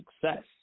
success